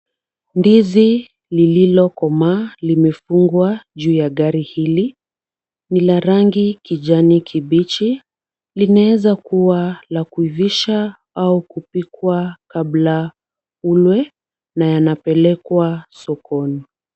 Ndizi lililokomaa limefungwa juu ya gari hili, ni la rangi kijani kibichi, linaweza kuwa la kuivisha au kupikwa kabla ulwe na yanapelekwa sokoni.